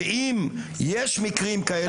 אם יש מקרים כאלה,